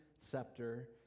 scepter